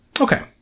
Okay